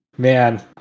man